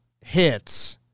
hits